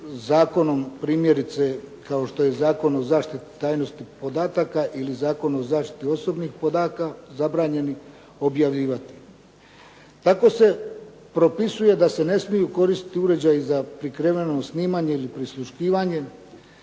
zakonu, primjerice kao što je Zakon o zaštiti tajnosti podataka ili Zakon o zaštiti osobnih podataka, zabranjeni objavljivati. Tako se propisuje da se ne smiju koristiti uređaji za prikriveno snimanje ili prisluškivanje.